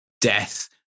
death